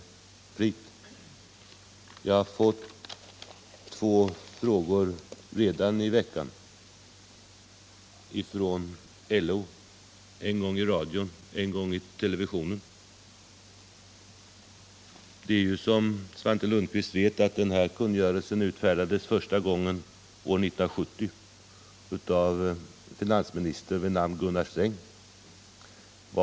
Under veckan har jag redan fått två sådana frågor från LO, en gång i radion och en gång i televisionen. Svante Lundkvist vet att denna kungörelse utfärdades första gången år 1970 av en finansminister vid namn Gunnar Sträng.